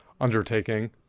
undertaking